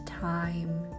time